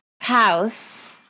house